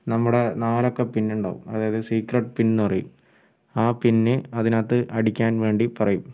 നമ്മുടെ നാലക്ക പിൻ ഉണ്ടാവും അതായത് സീക്രട്ട് പിൻ എന്നു പറയും ആ പിൻ അതിനകത്ത് അടിക്കാൻ വേണ്ടി പറയും